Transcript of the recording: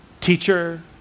teacher